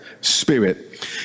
spirit